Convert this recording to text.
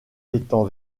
étant